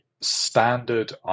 standard